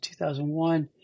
2001